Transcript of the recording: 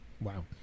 Wow